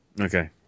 Okay